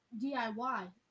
DIY